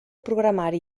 programari